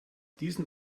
diesen